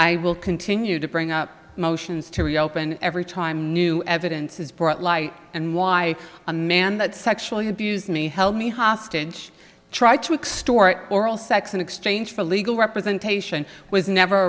i will continue to bring up motions to reopen every time new evidence is brought light and why a man that sexually abused me held me hostage try to extort oral sex in exchange for legal representation was never